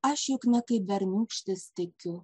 aš juk ne kaip berniūkštis tikiu